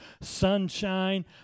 sunshine